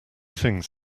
things